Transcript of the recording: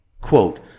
Quote